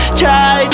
try